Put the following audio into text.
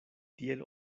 tiel